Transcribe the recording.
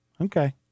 Okay